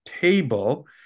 table